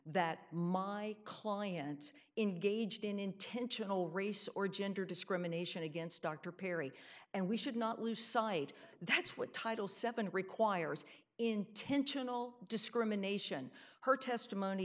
that my client in gauged in intentional race or gender discrimination against dr perry and we should not lose sight that's what title seven requires intentional discrimination her testimony